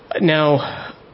Now